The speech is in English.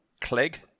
Clegg